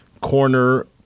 Corner